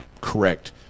correct